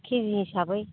के जि हिसाबै